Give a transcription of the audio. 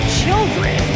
children